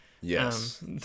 Yes